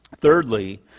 Thirdly